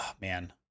man